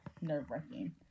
nerve-wracking